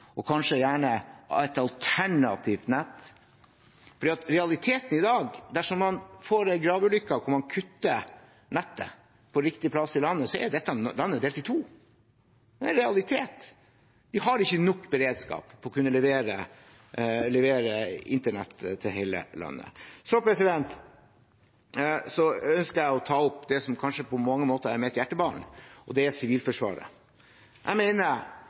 kanskje gjerne få et alternativt nett. For realiteten i dag er at dersom man får en graveulykke der man kutter nettet på riktig plass i landet, er dette landet delt i to. Det er en realitet. Vi har ikke nok beredskap til å kunne levere internett til hele landet. Så ønsker jeg å ta opp det som kanskje på mange måter er mitt hjertebarn, og det er Sivilforsvaret. Jeg mener,